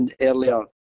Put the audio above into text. Earlier